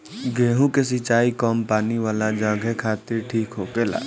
गेंहु के सिंचाई कम पानी वाला जघे खातिर ठीक होखेला